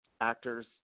actors